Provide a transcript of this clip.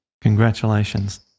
Congratulations